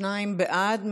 שניים בעד.